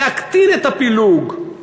להקטין את הפילוג,